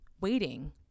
waiting